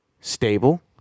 stable